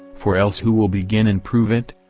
for else who will begin and prove it?